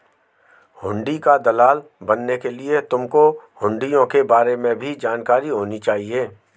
हुंडी का दलाल बनने के लिए तुमको हुँड़ियों के बारे में भी जानकारी होनी चाहिए